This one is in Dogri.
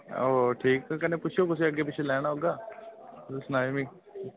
होर ठीक कन्नै पुच्छेओ कुसै अग्गें पिच्छै लैना होगा तुस सनाएओ मी